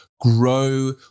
grow